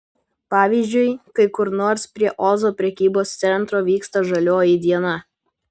pavyzdžiui kai kur nors prie ozo prekybos centro vyksta žalioji diena